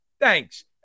thanks